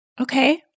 Okay